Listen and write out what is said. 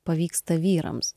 pavyksta vyrams